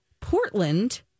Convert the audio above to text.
Portland